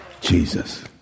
Jesus